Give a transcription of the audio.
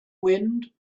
wind